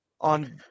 on